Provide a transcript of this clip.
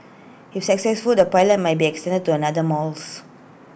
if successful the pilot might be extended to another malls